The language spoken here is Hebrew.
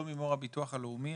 שלומי מור, הביטוח הלאומי.